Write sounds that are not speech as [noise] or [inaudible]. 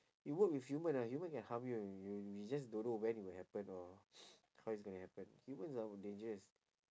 you work with human ah human can harm you you we just don't know when it will happen or [noise] how it's gonna happen humans are dangerous